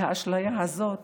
כי האשליה הזאת